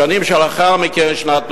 בשנים שלאחר מכן, שנות נעורי,